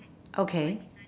okay